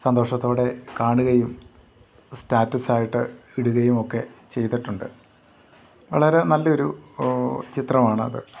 സന്തോഷത്തോടെ കാണുകയും സ്റ്റാറ്റസ്സായിട്ട് ഇടുകയുമൊക്കെ ചെയ്തിട്ടുണ്ട് വളരെ നല്ലയൊരു ചിത്രമാണത്